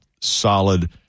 solid